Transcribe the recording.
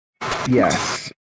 yes